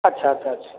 ଆଛା ଆଛା ଆଛା